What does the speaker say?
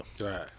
Right